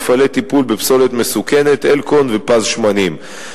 מפעלי טיפול בפסולת מסוכנת "אלקון" ו"פז שמנים".